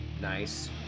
Nice